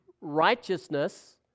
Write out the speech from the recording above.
righteousness